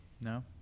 no